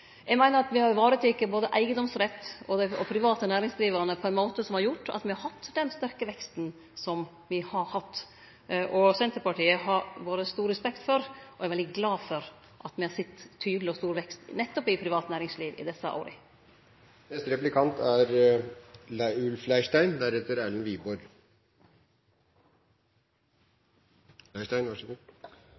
Eg meiner at me har vareteke både eigedomsrett og private næringsdrivande på ein måte som har gjort at me har hatt den sterke veksten som me har hatt. Senterpartiet har både stor respekt for og er veldig glad for at me har sett tydeleg og stor vekst nettopp i privat næringsliv i desse